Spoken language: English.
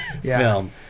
film